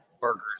burgers